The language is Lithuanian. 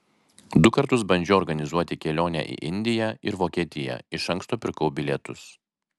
du kartus bandžiau organizuoti kelionę į indiją ir vokietiją iš anksto pirkau bilietus